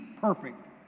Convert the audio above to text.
perfect